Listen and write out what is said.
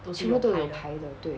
全部都有牌的对